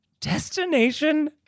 Destination